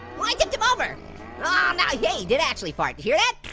like him over! ah now, yeah he did actually fart, hear that?